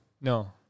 No